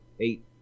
eight